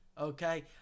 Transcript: okay